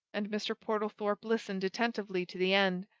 and mr. portlethorpe listened attentively to the end.